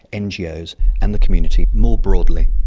ngos and the community more broadly.